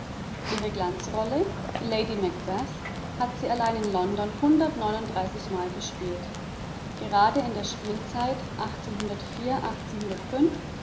ihre glanzrolle die lady macbeth hat sie allein in london mal gespielt gerde in der